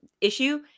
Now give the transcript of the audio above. issue